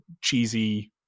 cheesy